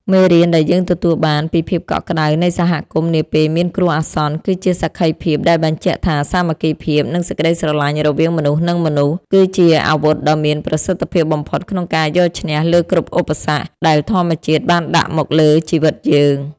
មេរៀនដែលយើងទទួលបានពីភាពកក់ក្ដៅនៃសហគមន៍នាពេលមានគ្រោះអាសន្ន គឺជាសក្ខីភាពដែលបញ្ជាក់ថា សាមគ្គីភាព និងសេចក្តីស្រឡាញ់រវាងមនុស្ស និងមនុស្ស គឺជាអាវុធដ៏មានប្រសិទ្ធភាពបំផុតក្នុងការយកឈ្នះលើគ្រប់ឧបសគ្គដែលធម្មជាតិបានដាក់មកលើជីវិតយើង។